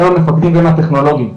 הם המפקדים והם הטכנולוגים,